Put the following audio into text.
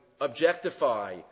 objectify